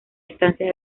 estancias